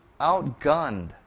outgunned